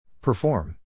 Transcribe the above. Perform